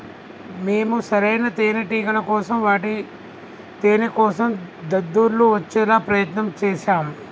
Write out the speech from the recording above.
మేము సరైన తేనేటిగల కోసం వాటి తేనేకోసం దద్దుర్లు వచ్చేలా ప్రయత్నం చేశాం